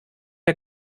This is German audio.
der